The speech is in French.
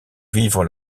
vivre